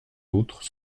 autres